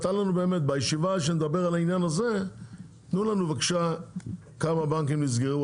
בישיבה שנדבר על העניין הזה תנו לנו בבקשה כמה בנקים נסגרו,